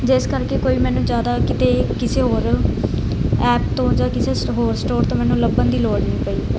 ਜਿਸ ਕਰਕੇ ਕੋਈ ਮੈਨੂੰ ਜ਼ਿਆਦਾ ਕਿਤੇ ਕਿਸੇ ਹੋਰ ਐਪ ਤੋਂ ਜਾਂ ਕਿਸੇ ਹੋਰ ਸਟੋਰ ਤੋਂ ਮੈਨੂੰ ਲੱਭਣ ਦੀ ਲੋੜ ਨਹੀਂ ਪਈ